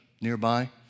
nearby